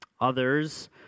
Others